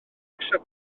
hecsagon